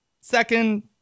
second